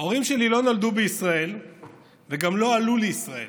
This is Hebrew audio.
ההורים שלי לא נולדו בישראל וגם לא עלו לישראל,